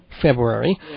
February